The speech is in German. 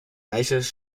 weiches